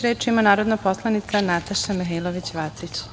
Reč ima narodna poslanica Nataša Mihailović Vacić.